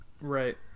Right